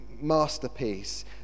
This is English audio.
masterpiece